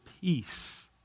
peace